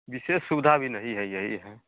विशेष सुविधा अभी नहीं है यही है